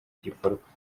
gikorwa